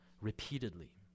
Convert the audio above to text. repeatedly